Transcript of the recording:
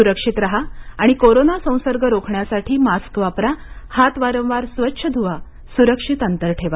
सुरक्षित राहा आणि कोरोना संसर्ग रोखण्यासाठी मास्क वापरा हात वारंवार स्वच्छ धुवा सुरक्षित अंतर ठेवा